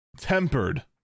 Tempered